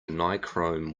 nichrome